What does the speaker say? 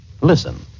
Listen